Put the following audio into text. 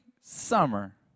summer